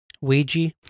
Ouija